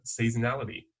seasonality